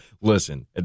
listen